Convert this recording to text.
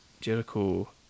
Jericho